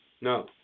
No